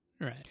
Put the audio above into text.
Right